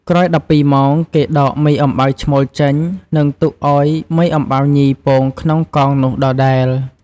ក្រោយ១២ម៉ោង គេដកមេអំបៅឈ្មោលចេញ នឹងទុកឱ្យមេអំបៅញីពងក្នុងកងនោះដដែល។